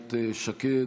אילת שקד,